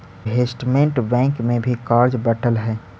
investment bank में भी कार्य बंटल हई